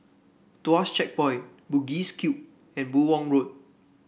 Tuas Checkpoint Bugis Cube and Buyong Road